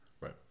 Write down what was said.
Right